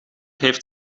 heeft